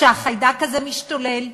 שהחיידק הזה משתולל.